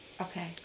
Okay